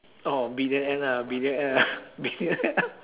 oh billionaire lah billionaire lah billion~